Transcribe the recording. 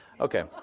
Okay